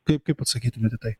kaip kaip atsakytumėt į tai